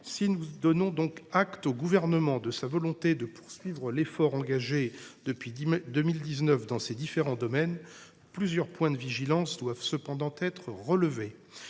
Si nous donnons donc acte au Gouvernement de sa volonté de poursuivre l’effort engagé depuis 2019 dans ces différents domaines, plusieurs points de vigilance doivent cependant être relevés.